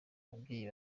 ababyeyi